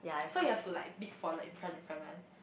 so you have to like bid for like in front in front one